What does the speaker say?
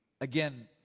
again